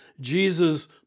Jesus